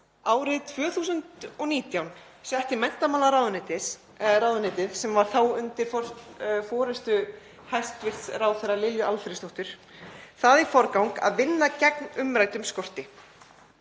Árið 2019 setti menntamálaráðuneytið, sem var þá undir forystu hæstv. ráðherra Lilju Alfreðsdóttur, það í forgang að vinna gegn umræddum skorti.